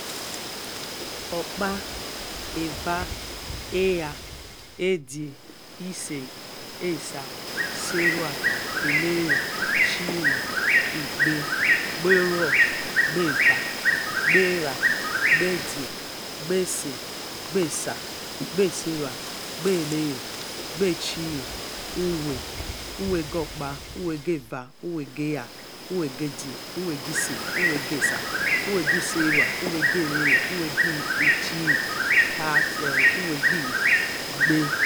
Okpa, eva, era, edge, ise, esa, serua, ere, ohiri, igbe, gberua, gbe eva, gbe edge, gbe ise, gbe esa, gbe serua, gbe ere, gbe shiri, uwe, uwe gor okpa, uwe gi eva, uwe gi era, uwe gi edge, uwe gi ise, uwe gi ese, uwe gi serua, uwe gi ere, uwe gi ichir zo, uwe gi igbe